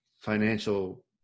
financial